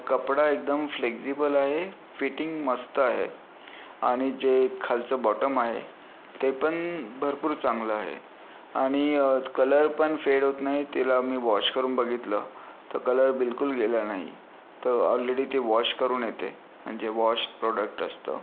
कपडा एकदम फ्लेक्झिबल आहे फिटिंग मस्त आहे आणि जे खालचं बॉटम आहे ते पण भरपूर चांगलं आहे आणि कलर पण फेड होत नाही तिला मी वॉश करून बघितलं तर कलर बिलकुल गेलेला नाही आहे तर ऑलरेडी ते वॉश करून येते म्हणजे वॉशड प्रोडक्ट असतं